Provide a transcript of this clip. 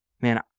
Man